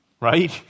right